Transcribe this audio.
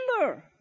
remember